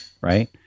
right